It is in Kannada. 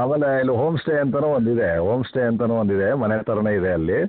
ಆಮೇಲೆ ಇಲ್ಲಿ ಹೋಂಸ್ಟೇ ಅಂತಾನು ಇದೆ ಹೋಂಸ್ಟೇ ಅಂತಾನು ಒಂದು ಇದೆ ಮನೆ ಥರಾನೇ ಇದೆ ಅಲ್ಲಿ